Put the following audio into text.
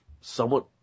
somewhat